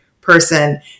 person